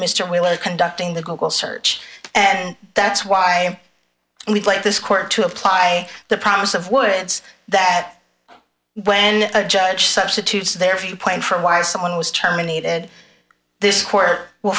mr we were conducting the google search and that's why we play this court to apply the promise of words that when a judge substitutes their viewpoint for why someone was terminated this court will